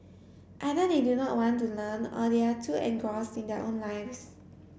either they do not want to learn or they are too engrossed in their own lives